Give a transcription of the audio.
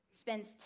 spends